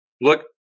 look